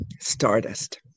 Stardust